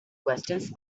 questions